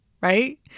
right